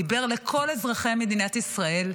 דיבר לכל אזרחי מדינת ישראל,